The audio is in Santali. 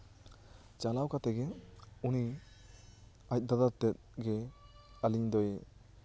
ᱪᱟᱞᱟᱣ ᱠᱟᱛᱮᱜ ᱜᱮ ᱩᱱᱤ ᱟᱡ ᱫᱟᱫᱟ ᱛᱮᱜ ᱜᱮ ᱟᱹᱞᱤᱧ ᱫᱚᱭ